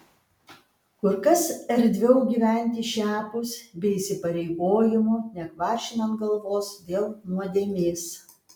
kur kas erdviau gyventi šiapus be įsipareigojimų nekvaršinant galvos dėl nuodėmės